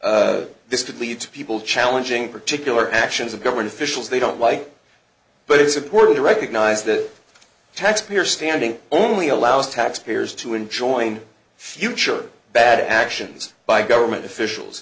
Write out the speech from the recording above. could lead to people challenging particular actions of government officials they don't like but it's important to recognize that taxpayer standing only allows taxpayers to enjoin future bad actions by government officials